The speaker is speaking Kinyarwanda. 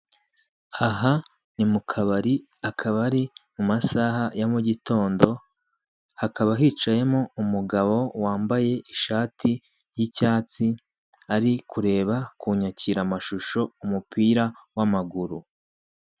Aha ni mu kabari, akaba ari mu masaha ya mu gitondo; hakaba hicayemo umugabo wambaye ishati y'icyatsi, ari kureba ku nyakiramashusho umupira w'amaguru.